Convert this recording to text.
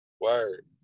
Word